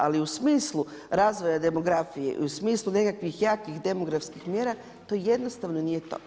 Ali u smislu razvoja demografije i u smislu nekakvih jakih demografskih mjera to jednostavno nije to.